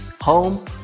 home